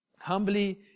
humbly